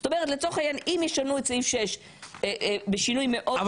זאת אומרת לצורך העניין אם ישנו את סעיף 6 בשינוי מאוד --- אבל